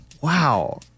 Wow